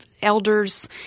elders